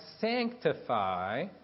sanctify